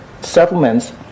settlements